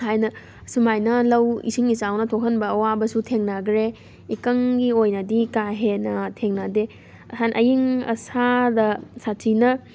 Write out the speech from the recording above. ꯍꯥꯏꯅ ꯁꯨꯃꯥꯏꯅ ꯂꯧ ꯏꯁꯤꯡ ꯏꯆꯥꯎꯅ ꯊꯣꯛꯍꯟꯕ ꯑꯋꯥꯕꯁꯨ ꯊꯦꯡꯅꯈ꯭ꯔꯦ ꯏꯀꯪꯒꯤ ꯑꯣꯏꯅꯗꯤ ꯀꯥ ꯍꯦꯟꯅ ꯊꯦꯡꯅꯗꯦ ꯑꯌꯤꯡ ꯑꯁꯥꯗ ꯁꯥꯊꯤꯅ